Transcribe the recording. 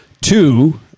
two